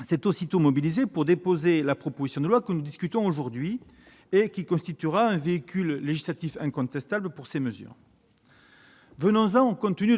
s'est aussitôt mobilisé pour déposer la présente proposition de loi, qui constituera un véhicule législatif incontestable pour ces mesures. Venons-en à son contenu.